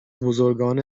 بزرگان